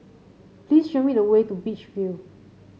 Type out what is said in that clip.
please show me the way to Beach View